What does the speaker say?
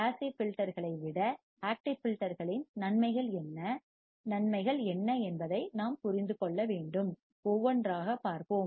passive ஃபில்டர்களை விட active ஃபில்டர்களின் நன்மைகள் என்ன நன்மைகள் என்ன என்பதை நாம் புரிந்து கொள்ள வேண்டும் ஒவ்வொன்றாக பார்ப்போம்